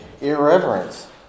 irreverence